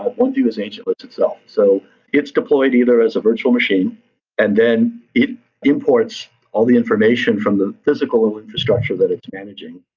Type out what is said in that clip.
ah oneview is agentless itself. so it's deployed either as a virtual machine and then it imports all the information from the physical infrastructure that it's managing.